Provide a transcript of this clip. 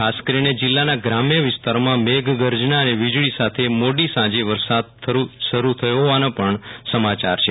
ખાસ કરીને જીલ્લાના ગ્રામ્ય વિસ્તારોમાં મેઘગર્જના અને વીજળી સાથે મોડીસાંજે વરસાદ શરૂ થયો હોવાના સમાચાર છે